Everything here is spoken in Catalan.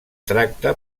tracta